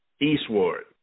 Eastward